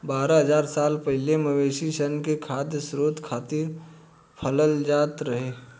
बारह हज़ार साल पहिले मवेशी सन के खाद्य स्रोत खातिर पालल जात रहे